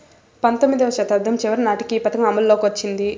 పంతొమ్మిదివ శతాబ్దం చివరి నాటికి ఈ పథకం అమల్లోకి వచ్చింది